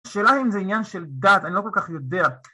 שאלה אם זה עניין של דעת, אני לא כל כך יודע.